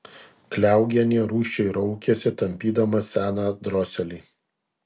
kliaugienė rūsčiai raukėsi tampydama seną droselį